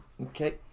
okay